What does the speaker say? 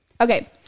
Okay